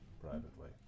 privately